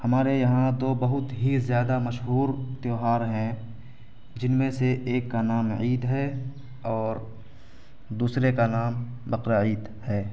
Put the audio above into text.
ہمارے یہاں تو بہت ہی زیادہ مشہور تہوار ہیں جن میں سے ایک کا نام عید ہے اور دوسرے کا نام بقرعید ہے